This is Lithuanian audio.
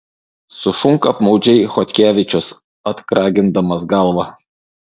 sušunka apmaudžiai chodkevičius atkragindamas galvą